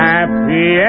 Happy